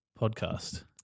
Podcast